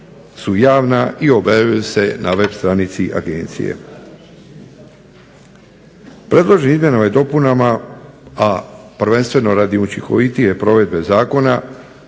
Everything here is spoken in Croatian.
su javna i objavljuju se na web stranici agencije. Predloženim izmjenama i dopunama, a prvenstveno radi učinkovitije provedbe zakona